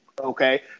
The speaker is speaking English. okay